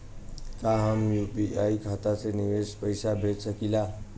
का हम यू.पी.आई खाता से विदेश में पइसा भेज सकिला?